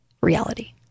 reality